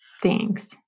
Thanks